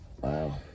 wow